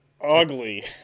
ugly